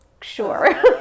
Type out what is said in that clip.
sure